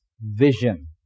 vision